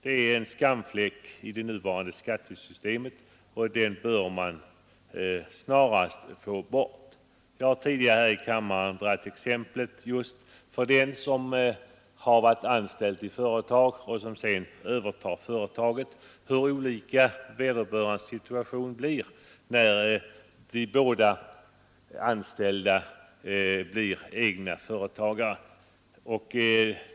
Detta är en skamfläck i det nuvarande skattesystemet, och den måste bort snarast möjligt. Jag har tidigare i kammaren tagit exemplet med makar som varit anställda i ett företag och sedan övertagit företaget — deras skatteutgift har blivit väsentligt större när de blivit egna företagare.